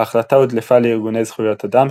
ההחלטה הודלפה לארגוני זכויות אדם,